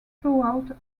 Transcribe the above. throughout